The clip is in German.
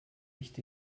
nicht